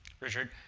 Richard